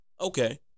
Okay